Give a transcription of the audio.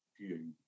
view